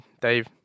Dave